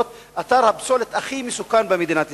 אתר הפסולת הכי מסוכן במדינת ישראל.